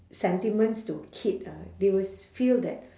sentiments to kid ah they will s~ feel that